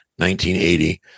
1980